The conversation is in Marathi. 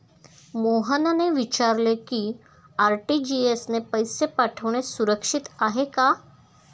मोहनने विचारले की आर.टी.जी.एस ने पैसे पाठवणे सुरक्षित आहे का?